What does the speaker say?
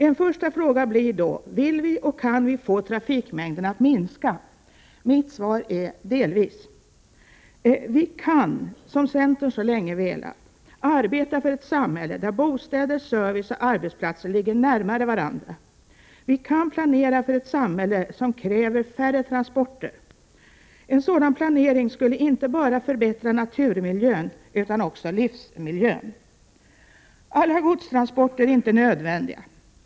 En första fråga blir då: Vill vi och kan vi få trafikmängden att minska? Mitt svar är: Delvis. Vi kan, vilket centern länge har velat göra, arbeta för ett samhälle där bostäder, service och arbetsplatser ligger närmare varandra. Vi kan planera för ett samhälle som kräver färre transporter. En sådan planering skulle förbättra inte bara naturmiljön utan också livsmiljön. Alla godstransporter är inte nödvändiga.